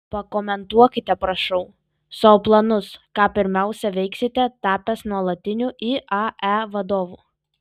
pakomentuokite prašau savo planus ką pirmiausia veiksite tapęs nuolatiniu iae vadovu